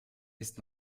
ist